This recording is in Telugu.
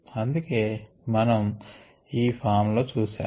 అందుకే మనము ఈ ఫారమ్ లో చూశాము